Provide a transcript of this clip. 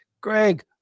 Greg